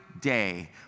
day